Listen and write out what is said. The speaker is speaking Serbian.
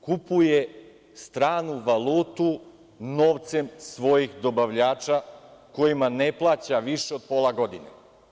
Kupuje stranu valutu novcem svojih dobavljača kojima ne plaća više od pola godine.